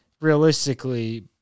realistically